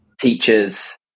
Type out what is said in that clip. teachers